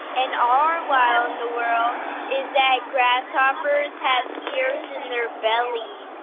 and our wow in the world is that grasshoppers have ears in their bellies.